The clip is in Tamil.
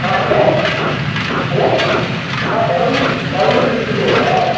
ஆ ஹலோ ஹலோ ஆ தர்மபுரி டிஸ்ட்ரிக்குங்களா